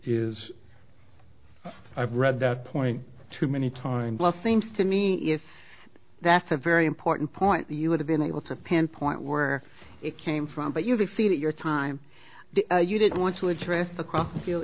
is i've read that point too many times well seems to me if that's a very important point you would have been able to pinpoint where it came from but you did feel that your time you didn't want to address the cro